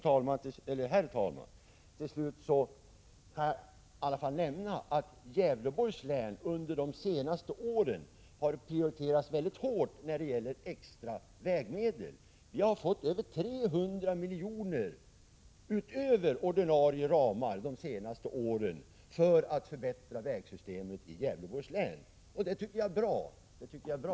Till slut vill jag, herr talman, nämna att Gävleborgs län under de senaste åren har prioriterats mycket starkt när det gäller extra vägmedel. Utöver de ordinarie ramarna har vi de senaste åren fått över 300 milj.kr. för att kunna förbättra vägsystemet i länet, och det tycker jag är bra.